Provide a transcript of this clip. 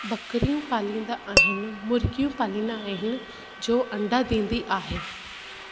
ॿकिरियूं पालींदा आहिनि मुर्गियूं पालींदा आहिनि जो अंडा ॾींदी आहे